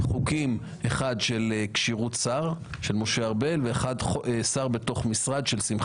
אחד של כשירות שר של משה ארבל,